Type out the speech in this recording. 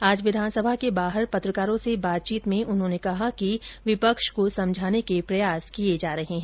आज विधानसभा के बाहर पत्रकारों से बातचीत मे उन्होने कहा कि विपक्ष को समझाने के प्रयास किये जा रहे है